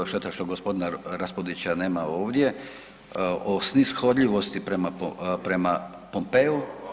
Šteta što gospodina Raspudića nema ovdje o snishodljivosti prema Pompeju.